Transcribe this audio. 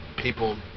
People